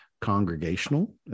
congregational